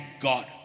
God